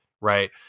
Right